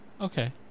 okay